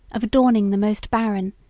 of adorning the most barren,